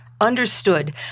understood